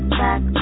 back